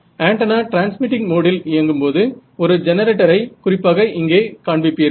antenna transmitting மோடில் இயங்கும்போது ஒரு ஜெனரேட்டரை குறிப்பாக இங்கே காண்பிப்பீர்கள்